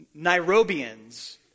Nairobians